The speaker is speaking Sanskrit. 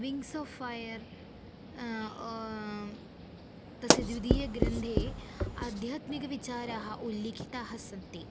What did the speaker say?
विङ्गस् आफ् फ़यर् तस्य द्वितीयग्रन्थे आध्यात्मिकविचाराः उल्लिखिताः सन्ति